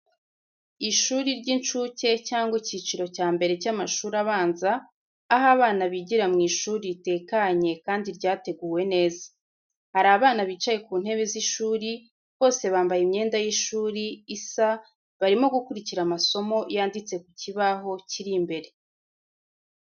Ishuri ry'inshuke cyangwa icyiciro cya mbere cy'amashuri abanza, aho abana bigira mu ishuri ritekanye kandi ryateguwe neza. Hari abana bicaye ku ntebe z’ishuri, bose bambaye imyenda y’ishuri isa barimo gukurikira amasomo yanditse ku kibaho kiri imbere.